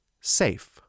safe